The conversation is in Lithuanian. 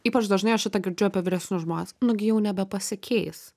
ypač dažnai aš girdžiu apie vyresnius žmones nugi jau nebepasikeis